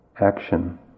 action